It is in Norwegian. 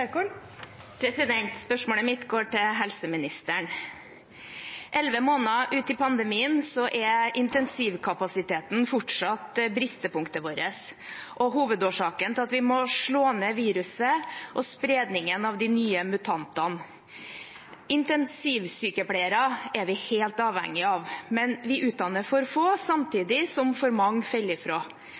Spørsmålet mitt går til helseministeren. Elleve måneder ut i pandemien er intensivkapasiteten fortsatt bristepunktet vårt og hovedårsaken til at vi må slå ned viruset og spredningen av de nye mutantene. Intensivsykepleiere er vi helt avhengige av, men vi utdanner for få, samtidig som for mange